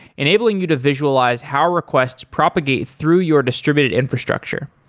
enabling you to visualize how requests propagate through your distributed infrastructure.